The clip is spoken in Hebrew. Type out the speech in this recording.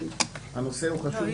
לא קבוע